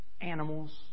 animals